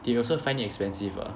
they also find it expensive ah